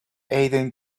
aden